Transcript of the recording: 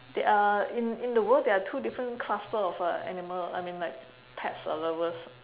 there are in in the world there are two different cluster of uh animal I mean like pets uh lovers